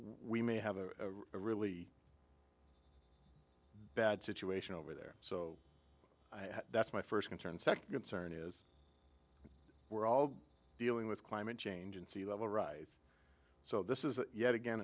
we may have a really bad situation over there so that's my first concern second cern is we're all dealing with climate change and sea level rise so this is yet again